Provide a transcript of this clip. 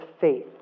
faith